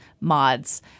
mods